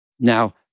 Now